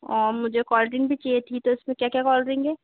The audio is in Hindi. और मुझे कोल्ड ड्रिंक भी चाहिए थी तो इसमें क्या क्या कोल्ड ड्रिंक है